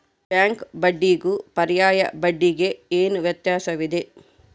Bank ಬಡ್ಡಿಗೂ ಪರ್ಯಾಯ ಬಡ್ಡಿಗೆ ಏನು ವ್ಯತ್ಯಾಸವಿದೆ?